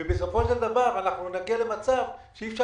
ובסופו של דבר אנחנו מגיעים למצב שאי אפשר